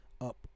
up